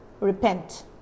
Repent